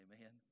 Amen